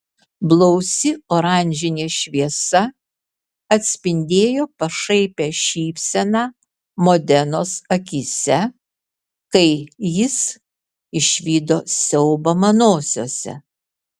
blausi oranžinė šviesa atspindėjo pašaipią šypseną modenos akyse kai jis išvydo siaubą manosiose